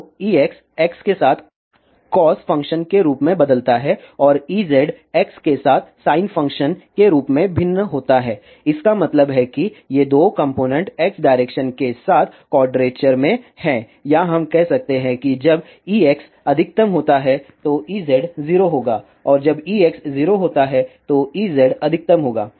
तो Ex x के साथ कॉस फ़ंक्शन के रूप में बदलता है और Ez x के साथ साइन फ़ंक्शन के रूप में भिन्न होता है इसका मतलब है कि ये दो कॉम्पोनेन्ट x डायरेक्शन के साथ कोवाडरेचर में हैं या हम कह सकते हैं कि जब Ex अधिकतम होता है तो Ez 0 होगा और जब Ex 0 है तो Ez अधिकतम होगा